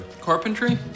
carpentry